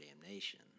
damnation